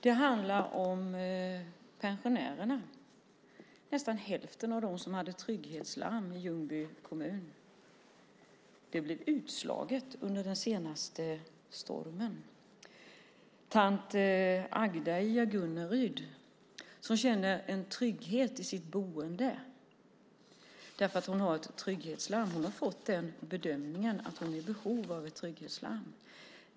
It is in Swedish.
Det handlade om pensionärerna, nästan hälften av dem som hade trygghetslarm i Ljungby kommun. Trygghetslarmet blev utslaget under den senaste stormen. Tant Agda i Agunnaryd känner en trygghet i sitt boende därför att hon har ett trygghetslarm. Hon har fått den bedömningen att hon är i behov av ett trygghetslarm.